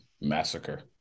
massacre